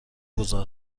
گذار